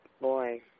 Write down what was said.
Boy